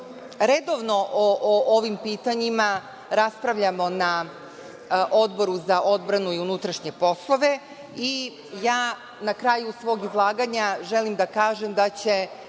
o ovim pitanjima raspravljamo na Odboru za odbranu i unutrašnje poslove. Ja na kraju svog izlaganja želim da kažem da će